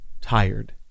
tired